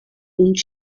und